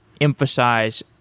emphasize